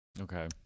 Okay